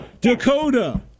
Dakota